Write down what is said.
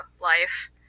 Life